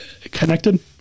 connected